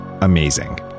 amazing